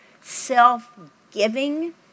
Self-giving